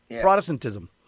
Protestantism